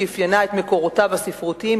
שאפיינה את מקורותיו הספרותיים,